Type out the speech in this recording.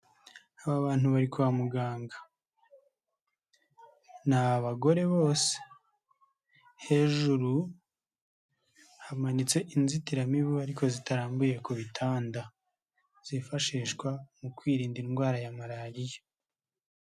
Aba bantu bari kwa muganga. Ni abagore bose, hejuru hamanitse inzitiramibu ariko zitarambuye ku bitanda, zifashishwa mu kwirinda indwara ya Malariya.